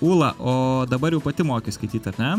ūla o dabar jau pati moki skaityt ar ne